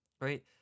right